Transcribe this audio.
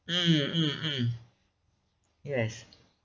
mm mm mm yes